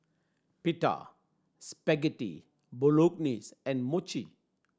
Pita Spaghetti Bolognese and Mochi